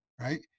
Right